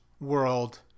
world